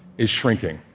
is shrinking.